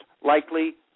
likely